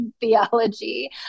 Theology